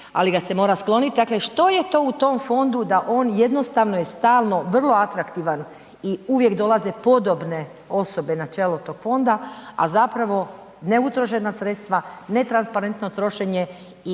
ali ga se mora sklonit, dakle, što je to u tom fondu da on jednostavno je stalno vrlo atraktivan i uvijek dolaze podobne osobe na čelo tog fonda, a zapravo neutrošena sredstva, netransparentno trošenje i